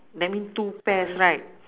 that mean two pairs right